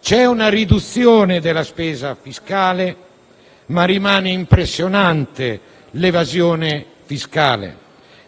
C'è una riduzione della spesa fiscale, ma rimane impressionante l'evasione fiscale.